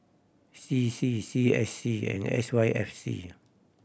C C C S C and S Y F C